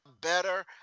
better